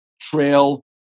Trail